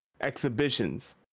exhibitions